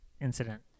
incident